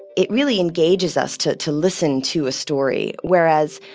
it really engages us to to listen to a story whereas